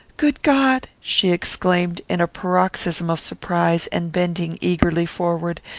good god! she exclaimed, in a paroxysm of surprise, and bending eagerly forward,